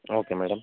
okay madam